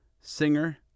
singer